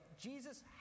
Jesus